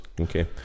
Okay